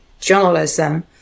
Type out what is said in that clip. journalism